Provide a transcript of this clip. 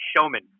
showman